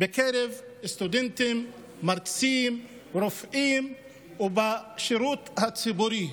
בקרב סטודנטים, מרצים, רופאים והשירות הציבורי.